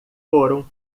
foram